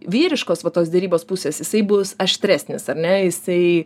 vyriškos va tos derybos pusės jisai bus aštresnis ar ne jisai